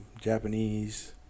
Japanese